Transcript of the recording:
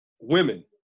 women